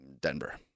Denver